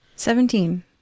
Seventeen